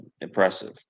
impressive